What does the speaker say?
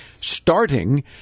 starting